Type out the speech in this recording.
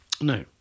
no